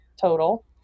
total